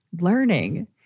learning